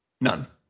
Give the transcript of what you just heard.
none